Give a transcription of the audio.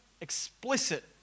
explicit